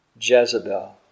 Jezebel